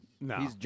No